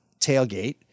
tailgate